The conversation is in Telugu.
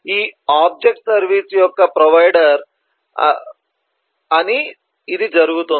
ఈ ఆబ్జెక్ట్ సర్వీస్ యొక్క ప్రొవైడర్ అని ఇది జరుగుతుంది